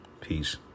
Peace